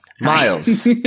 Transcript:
Miles